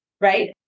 right